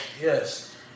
Yes